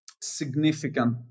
significant